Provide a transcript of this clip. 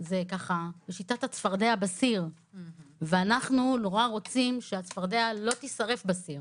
זה ככה בשיטת הצפרדע בסיר ואנחנו נורא רוצים שהצפרדע לא תישרף בסיר,